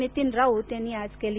नितीन राऊत यांनी आज केली